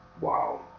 Wow